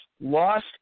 lost